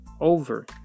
over